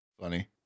Funny